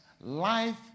life